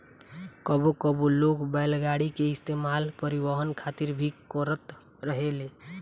कबो कबो लोग बैलगाड़ी के इस्तेमाल परिवहन खातिर भी करत रहेले